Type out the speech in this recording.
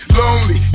lonely